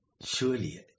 surely